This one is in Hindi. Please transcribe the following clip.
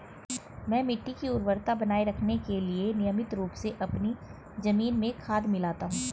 मैं मिट्टी की उर्वरता बनाए रखने के लिए नियमित रूप से अपनी जमीन में खाद मिलाता हूं